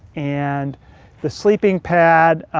and this sleeping pad,